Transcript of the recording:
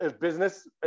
business